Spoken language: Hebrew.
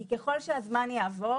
כי ככל שהזמן יעבור